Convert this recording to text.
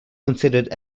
considered